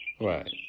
Right